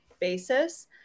basis